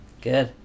Good